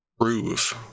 prove